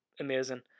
amazing